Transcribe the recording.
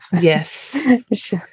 Yes